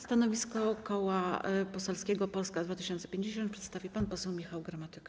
Stanowisko Koła Poselskiego Polska 2050 przedstawi pan poseł Michał Gramatyka.